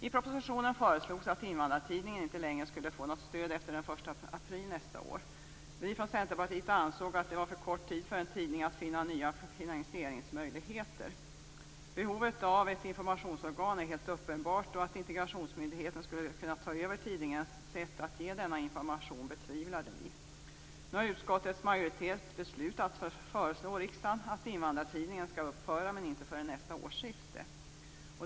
I propositionen föreslogs att Invandrartidningen inte längre skulle få något stöd efter den 1 april nästa år. Vi från Centerpartiet ansåg att det var för kort tid för en tidning att finna nya finansieringsmöjligheter. Behovet av ett informationsorgan är helt uppenbart, och vi betvivlade att integrationsmyndigheten skulle kunna ta över tidningens sätt att ge denna information. Utskottets majoritet har nu beslutat föreslå riksdagen att Invandrartidningen skall upphöra, men inte förrän nästa årsskifte.